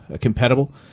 compatible